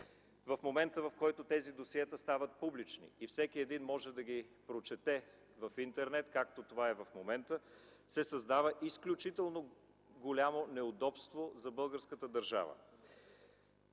В момента, в който тези досиета стават публични и всеки един може да ги прочете в Интернет, както това е в момента, се създава изключително голямо неудобство за българската държава.